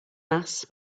mass